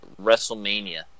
Wrestlemania